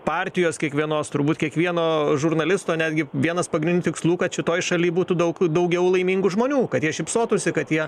partijos kiekvienos turbūt kiekvieno žurnalisto netgi vienas pagrindinių tikslų kad šitoj šaly būtų daug daugiau laimingų žmonių kad jie šypsotųsi kad jie